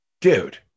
Dude